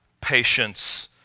patience